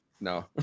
no